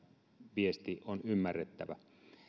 viesti on ymmärrettävä